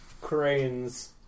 cranes